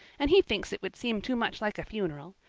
and he thinks it would seem too much like a funeral.